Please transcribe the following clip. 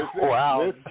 Wow